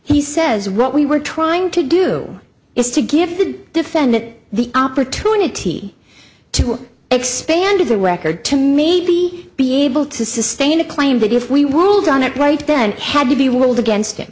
he says what we were trying to do is to give the defendant the opportunity to expand the record to maybe be able to sustain a claim that if we wolde on that right then had to be world against